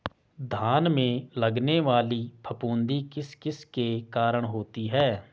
धान में लगने वाली फफूंदी किस किस के कारण होती है?